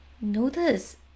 notice